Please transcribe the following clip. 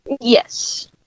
Yes